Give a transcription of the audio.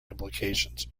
implications